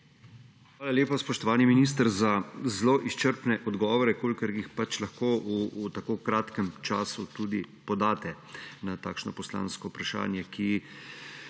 Hvala lepa, spoštovani minister, za zelo izčrpne odgovore, kolikor jih pač lahko v tako kratkem času tudi podate na takšno poslansko vprašanje, ki